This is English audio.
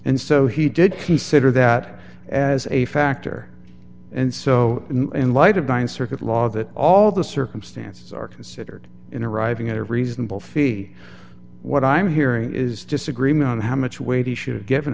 and so he did consider that as a factor and so in light of dion circuit law that all the circumstances are considered in arriving at a reasonable fee what i'm hearing is disagreement on how much weight he should have given